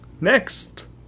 next